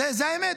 זאת האמת.